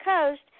coast